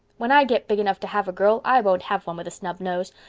when i get big enough to have a girl i won't have one with a snub nose.